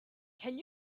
can